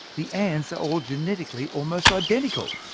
the ants are all genetically almost identical.